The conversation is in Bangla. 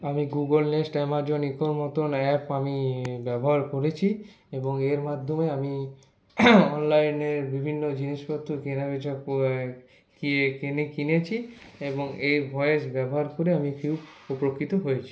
আমি গুগল লিস্ট আমাজন ইকোর মতো অ্যাপ আমি ব্যবহার করেছি এবং এর মাধ্যমে আমি অনলাইনের বিভিন্ন জিনিসপত্র কেনাবেচা কিনেছি এবং এর ভয়েস ব্যবহার করে আমি খুব উপকৃত হয়েছি